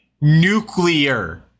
Nuclear